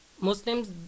Muslims